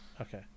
Okay